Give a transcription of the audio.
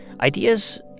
ideas